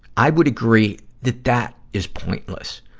i would agree that that is pointless.